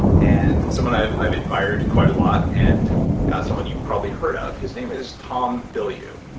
and someone i've i've admired quite a lot, and someone you've probably heard of. his name is tom bilyeu.